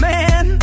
Man